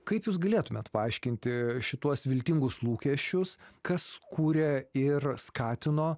kaip jūs galėtumėt paaiškinti šituos viltingus lūkesčius kas kūrė ir skatino